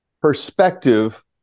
perspective